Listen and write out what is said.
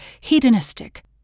hedonistic